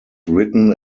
written